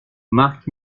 marc